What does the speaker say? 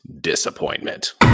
disappointment